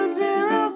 zero